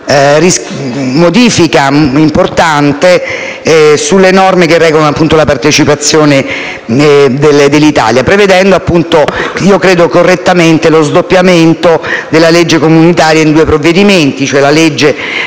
una modifica importante delle norme che regolano la partecipazione dell'Italia all'Unione europea, prevedendo - credo correttamente - lo sdoppiamento della legge comunitaria in due provvedimenti, ossia la legge